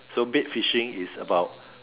so bait fishing is about